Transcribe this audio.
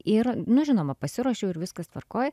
ir na žinoma pasiruošiau ir viskas tvarkoj